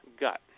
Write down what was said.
gut